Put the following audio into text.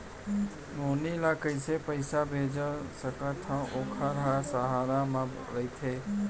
नोनी ल कइसे पइसा भेज सकथव वोकर ह सहर म रइथे?